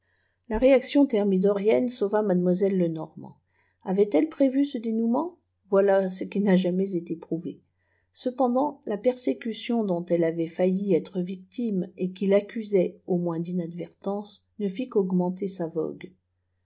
la réaction thermidorienne sauva mademoiselle lenormant avait-elle prévu ce dénouement voilà ce qui n'a jamais été prouvé cependant la persécution dont elle avait failli être victime et qui vaccusait au moins d'inadvertance ne fit qu'augmenter sa vogue